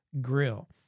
grill